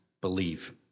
Believe